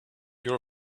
your